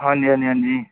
ਹਾਂਜੀ ਹਾਂਜੀ ਹਾਂਜੀ